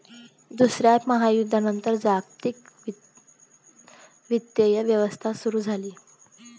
दुसऱ्या महायुद्धानंतर जागतिक वित्तीय व्यवस्था सुरू झाली